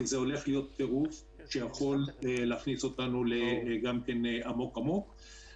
כי זה הולך להיות טירוף שיכול להכניס אותנו עמוק עמוק לבוץ.